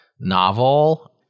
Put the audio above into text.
novel